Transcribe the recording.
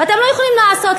ואתם לא יכולים לעשות,